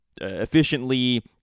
efficiently